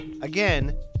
Again